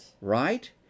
Right